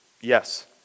Yes